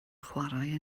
chwarae